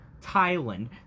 Thailand